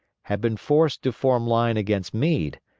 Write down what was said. had been forced to form line against meade,